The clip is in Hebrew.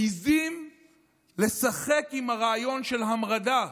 מעיזים לשחק ברעיון של המרדה.